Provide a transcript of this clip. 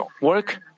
work